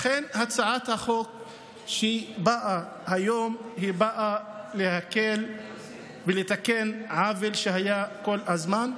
לכן הצעת החוק היום באה להקל ולתקן עוול שהיה כל הזמן.